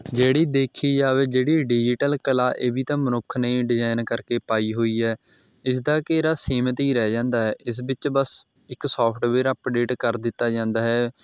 ਜਿਹੜੀ ਦੇਖੀ ਜਾਵੇ ਜਿਹੜੀ ਡਿਜੀਟਲ ਕਲਾ ਇਹ ਵੀ ਤਾਂ ਮਨੁੱਖ ਨੇ ਡਿਜ਼ਾਇਨ ਕਰਕੇ ਪਾਈ ਹੋਈ ਹੈ ਇਸਦਾ ਘੇਰਾ ਸੀਮਤ ਹੀ ਰਹਿ ਜਾਂਦਾ ਹੈ ਇਸ ਵਿੱਚ ਬਸ ਇੱਕ ਸੋਫਟਵੇਅਰ ਅਪਡੇਟ ਕਰ ਦਿੱਤਾ ਜਾਂਦਾ ਹੈ